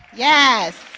yes.